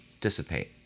dissipate